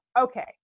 okay